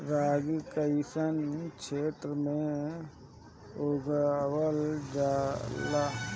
रागी कइसन क्षेत्र में उगावल जला?